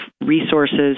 resources